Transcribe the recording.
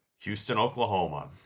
Houston-Oklahoma